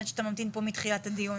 אני יודעת שאתה ממתין פה מתחילת הדיון.